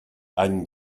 any